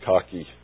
cocky